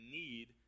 need